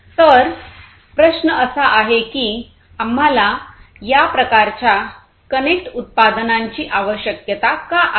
तर प्रश्न असा आहे की आम्हाला या प्रकारच्या कनेक्ट उत्पादनांची आवश्यकता का आहे